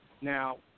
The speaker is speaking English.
Now